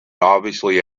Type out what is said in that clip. obviously